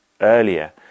earlier